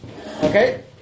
Okay